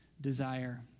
desire